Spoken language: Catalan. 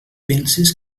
penses